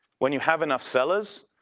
when you have enough sellers,